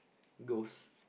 ghost